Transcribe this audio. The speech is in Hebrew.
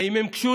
האם הם קשורים?